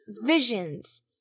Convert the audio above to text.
visions